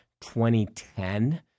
2010